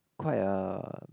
quite a